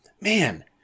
man